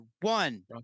one